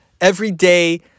everyday